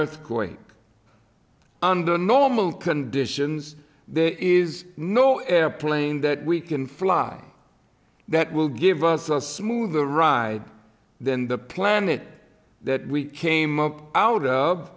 earthquake under normal conditions there is no airplane that we can fly that will give us a smoother ride than the planet that we came up out of